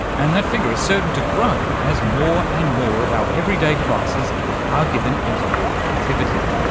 and that figure is certain to grow as more and more of our everyday devices are given internet connectivity.